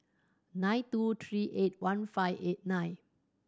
nine two three eight one five eight nine